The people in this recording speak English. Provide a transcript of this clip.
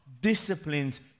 disciplines